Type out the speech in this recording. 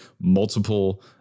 multiple